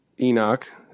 Enoch